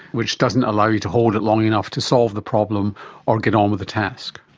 which doesn't allow you to hold it long enough to solve the problem or get on with the task.